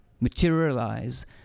materialize